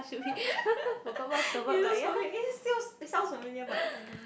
you lose still sounds familiar but I don't know